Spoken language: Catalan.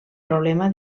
problema